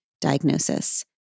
diagnosis